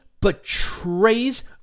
betrays